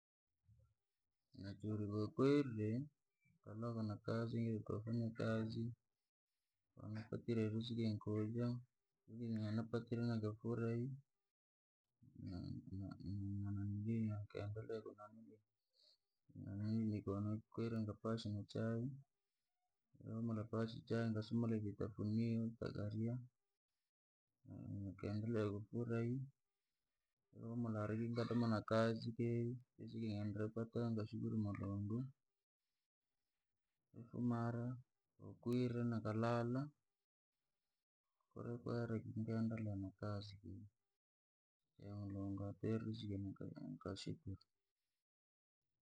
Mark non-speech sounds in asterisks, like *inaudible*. Nachuri vakwerire, toloka na kazii nokufanya kazi, kompatire riziki nkauja, kirachane *noise* mpatire nikafurahi, nikaendelea *hesitation* ni kupasha na chai. Nikahumula pasha chai nikasumu lakikafunio nikaria, *hesitation* nikaendelea kufurahi, nikahumula ringa kamuna kazi kei, riziki yenenopata nikashulu mulungu, kafumahara ko kwirire nikalala. Kuri kwera kii nkaendelea na kazi, mulungu atuhere riziki.